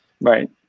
Right